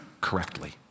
correctly